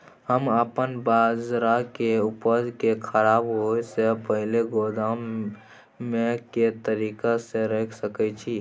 हम अपन बाजरा के उपज के खराब होय से पहिले गोदाम में के तरीका से रैख सके छी?